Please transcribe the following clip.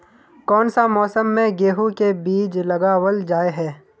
कोन सा मौसम में गेंहू के बीज लगावल जाय है